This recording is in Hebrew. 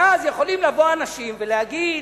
ואז יכולים לבוא אנשים ולהגיד: